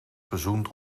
gezoend